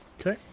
Okay